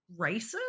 racist